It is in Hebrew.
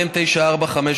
מ/945,